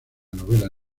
novela